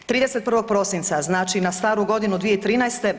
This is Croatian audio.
31. prosinca, znači na Staru godinu 2013.